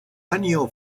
año